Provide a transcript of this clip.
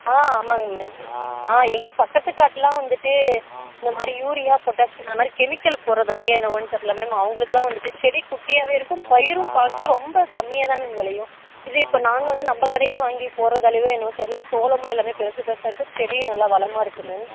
ஆ ஆமாங்க மேம் ஆ எங்கள் பக்கத்து காட்டுலாம் வந்துட்டு இந்த மாதிரி யூரியா பொட்டேஷியம் அந்த மாதிரி கெமிக்கல் போடுறதாலையே என்னவோன்னு தெரியல மேம் அவங்களுக்குலாம் வந்துட்டு செடி குட்டியாவே இருக்கும் பயிரும் பார்க்க ரொம்ப கம்மியாக தான் மேம் விளையும் இதுவே இப்போ நாங்கள் வந்து நம்ம கடையில் வாங்கி போடுறதாலையவே என்னவோ தெரியல சோளமும் எல்லாம் பெருசு பெருசாக இருக்குது செடியும் நல்லா வளமாக இருக்குது மேம்